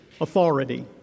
Authority